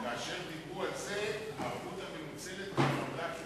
כאשר דיברו על זה הערבות המנוצלת עברה כמעט את,